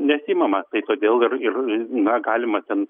nesiimama tai todėl ir ir na galima ten